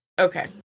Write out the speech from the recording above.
Okay